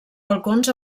balcons